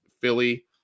philly